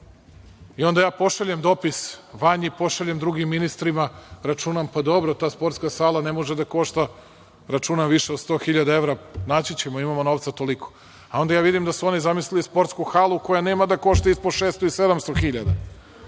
I onda ja pošaljem dopis Vanji i pošaljem drugim ministrima, računam, pa dobro ta sporska sala ne može da košta, računam više od 100.000 evra. Naći ćemo imamo novca toliko, a onda ja vidim da su oni zamislili sporsku halu koja nema da košta ispod 600 i 700